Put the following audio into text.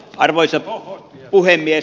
arvoisa puhemies